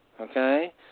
okay